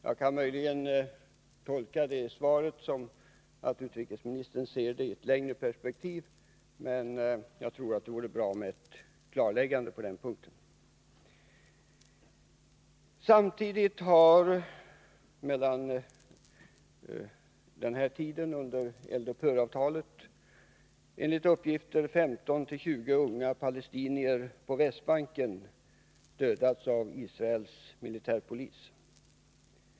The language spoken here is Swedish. Jag kan möjligen tolka svaret så, att utrikesministern ser det i ett längre prespektiv, men jag tror att det vore bra med ett klarläggande på den punkten. Samtidigt har, under den tid eld-upphör-avtalet gällt, enligt uppgift 15-20 unga palestinier på Västbanken dödats av israelisk militärpolis.